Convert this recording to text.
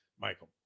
Michael